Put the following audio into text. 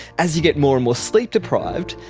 as you get more and more sleep-deprived,